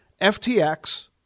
FTX